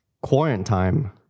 Quarantine